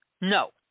No